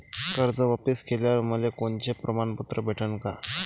कर्ज वापिस केल्यावर मले कोनचे प्रमाणपत्र भेटन का?